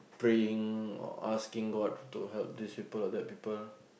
praying or asking god to help this people or that people